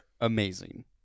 amazing